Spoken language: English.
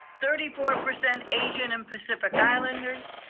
thirty four percent asian and pacific islander,